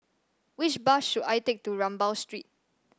which bus should I take to Rambau Street